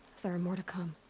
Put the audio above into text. there are more to come.